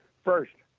first,